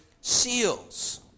seals